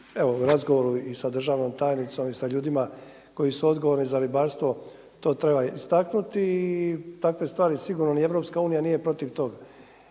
evo, razgovoru i sa državnom tajnicom i sa ljudima koji su odgovorni za ribarstvo, to treba istaknuti i takve stvari sigurno ni EU nije protiv toga